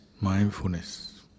mindfulness